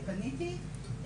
אני פניתי,